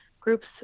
groups